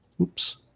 Oops